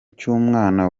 cy’umwana